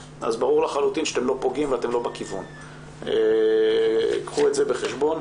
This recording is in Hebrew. אז ברור לחלוטין שאתם לא פוגעים ואתם לא בכיוון וקחו את זה בחשבון.